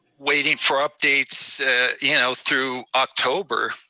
waiting for updates you know through october.